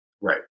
Right